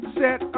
set